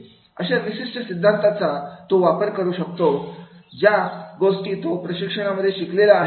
अशा विशिष्ट सिद्धांताचा तो वापर करू शकतो ज्या गोष्टी तो प्रशिक्षणामध्ये शिकलेला आहे